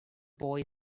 boy